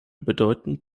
bedeuten